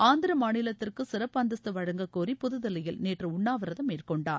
ஆந்திர மாநிலத்திற்கு சிறப்பு அந்தஸ்து வழங்கக்கோரி புதுதில்லியில் நேற்று உண்ணாவிரதம் மேற்கொண்டார்